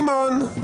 סימון,